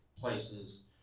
places